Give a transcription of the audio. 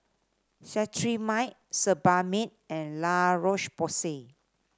Cetrimide Sebamed and La Roche Porsay